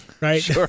right